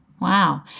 Wow